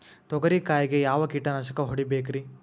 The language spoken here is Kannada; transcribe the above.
ತೊಗರಿ ಕಾಯಿಗೆ ಯಾವ ಕೀಟನಾಶಕ ಹೊಡಿಬೇಕರಿ?